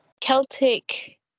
Celtic